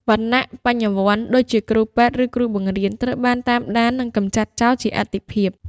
វណ្ណៈ "បញ្ញវន្ត" ដូចជាគ្រូពេទ្យ ឬគ្រូបង្រៀន ត្រូវបានតាមដាន និងកម្ចាត់ចោលជាអាទិភាព។